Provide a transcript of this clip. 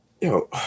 Yo